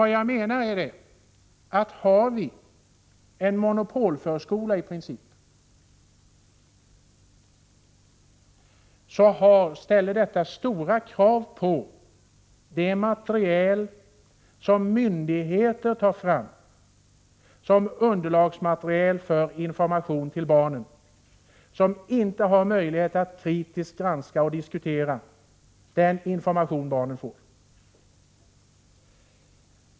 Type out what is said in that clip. Har vi i princip en monopolförskola ställer detta stora krav på det material som myndigheter tar fram som underlag för information till barnen, som inte har möjlighet att kritiskt granska och diskutera den information de får.